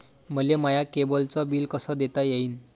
मले माया केबलचं बिल कस देता येईन?